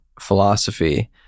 philosophy